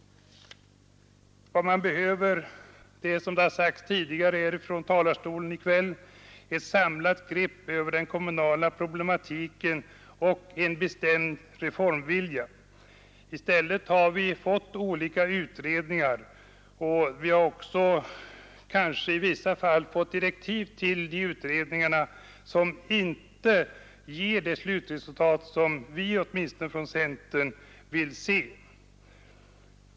Vad man behöver är, som har sagts tidigare här från talarstolen i kväll, ett samlat grepp om den kommunala problematiken och en bestämd reformvilja. I stället har vi fått olika utredningar, och vi har kanske också i vissa fall fått direktiv till de utredningarna som inte ger det slutresultat vilket åtminstone vi från centern vill nå.